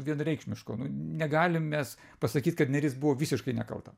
vienareikšmiško negalim mes pasakyt kad nėris buvo visiškai nekalta